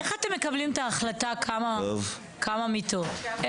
איך אתם מקבלים את ההחלטה כמה מיטות?